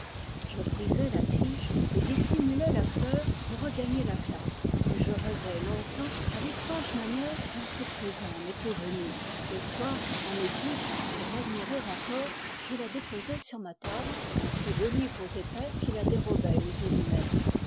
je brisai la tige et dissimulai la fleur pour regagner la classe où je rêvai longtemps à l'étrange manière dont ce présent m'était venu le soir en étude pour l'admirer encore je la déposai sur ma table entre deux livres épais qui la dérobaient aux yeux du maître